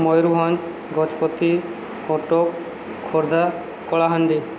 Mayurbhanj Gajapati Cuttack Khordha Kalahandi